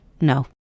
No